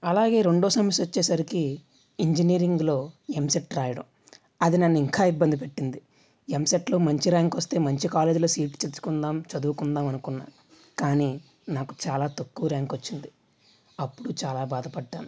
అలాగే రెండో సమస్య వచ్చేసరికి ఇంజనీరింగ్లో ఎంసెట్ రాయడం అది నన్ను ఇంకా ఇబ్బంది పెట్టింది ఎంసెట్లో మంచి ర్యాంక్ వస్తే మంచి కాలేజ్లో సీటు తెచ్చుకుందాము చదువుకుందాము అనుకున్నాను కానీ నాకు చాలా తక్కువ ర్యాంక్ వచ్చింది అప్పుడు చాలా బాధపడ్డాను